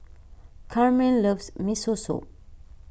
Carmen loves Miso Soup